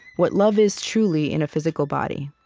what love is truly in a physical body,